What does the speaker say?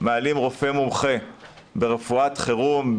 מעלים רופא מומחה ברפואת חירום,